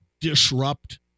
disrupt